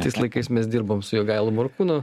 tais laikais mes dirbom su jogaila morkūnu